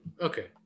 Okay